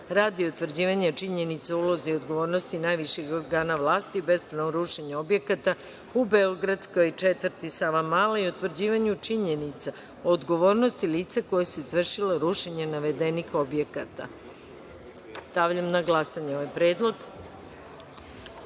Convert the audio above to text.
radi utvrđivanja činjenica o ulozi i odgovornosti najviših organa vlasti u bespravnom rušenju objekata u beogradskoj četvrti Savamala i utvrđivanju činjenica odgovornosti lica koja su izvršila rušenje navedenih objekata. Stavljam na glasanje ovaj